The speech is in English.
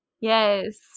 Yes